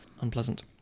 unpleasant